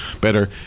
better